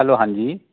hello ਹਾਂਜੀ